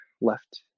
left